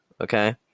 okay